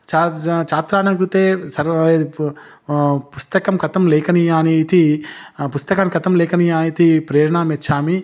छाज छात्राणां कृते सर्व पुस्तकं कथं लेखनीयानि इति पुस्तकं कथं लेखनीया इति प्रेरणां यच्छामि